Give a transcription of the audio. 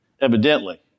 evidently